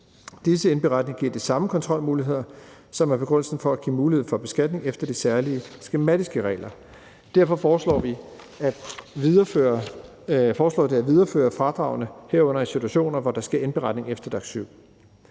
Disse indberetninger giver de samme kontrolmuligheder, som er begrundelsen for at give mulighed for beskatning efter de særlige skematiske regler. Derfor foreslår vi at videreføre fradragene, herunder i situationer, hvor der sker indberetning efter DAC7.